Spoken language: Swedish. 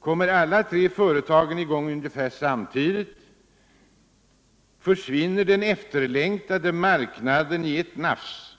Kommer alla tre företagen i gång ungefär samtidigt försvinner den efterlängtade marknaden i ett nafs,